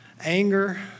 anger